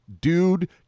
Dude